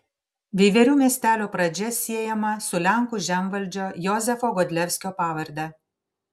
veiverių miestelio pradžia siejama su lenkų žemvaldžio jozefo godlevskio pavarde